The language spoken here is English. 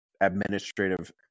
administrative